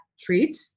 treat